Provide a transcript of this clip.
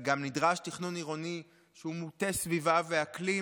נדרש גם תכנון עירוני שהוא מוטה סביבה ואקלים,